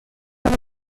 تنها